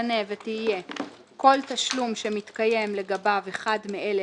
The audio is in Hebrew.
"כל תשלום שמתקיים לגביו אחד מאלה,